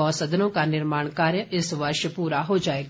गौ सदनों का निर्माण कार्य इस वर्ष प्ररा हो जाएगा